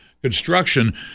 construction